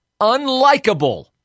unlikable